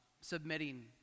submitting